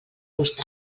gust